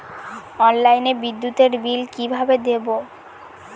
অনলাইনে বিদ্যুতের বিল কিভাবে দেব?